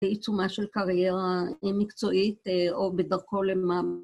בעיצומה של קריירה מקצועית או בדרכו למה.